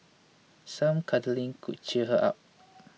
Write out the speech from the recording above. some cuddling could cheer her up